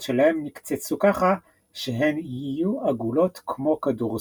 שלהן נקצצו ככה שהן יהיו עגלות כמו כדורסל.